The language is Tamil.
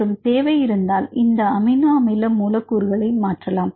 மற்றும் தேவை இருந்தால் இந்த அமினோ அமில மூலக்கூறுகளை மாற்றலாம்